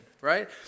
right